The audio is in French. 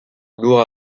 lourds